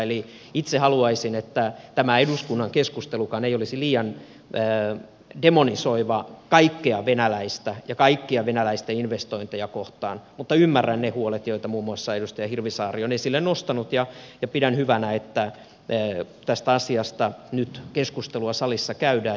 eli itse haluaisin että tämä eduskunnan keskustelukaan ei olisi liian demonisoivaa kaikkea venäläistä ja kaikkia venäläisten investointeja kohtaan mutta ymmärrän ne huolet joita muun muassa edustaja hirvisaari on esille nostanut ja pidän hyvänä että tästä asiasta nyt keskustelua salissa käydään